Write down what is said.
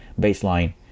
baseline